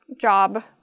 job